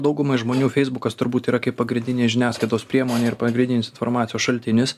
daugumai žmonių feisbukas turbūt yra kaip pagrindinė žiniasklaidos priemonė ir pagrindinis informacijos šaltinis